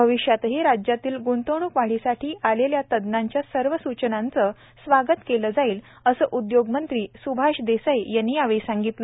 भविष्यातही राज्यातील ग्रंतवणूक वाढीसाठी आलेल्या तज्ज्ञांच्या सर्व सूचनांचे स्वागत केले जाईल असे उद्योगमंत्री सुभाष देसाई यांनी यावेळी सांगितले